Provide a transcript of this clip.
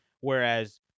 whereas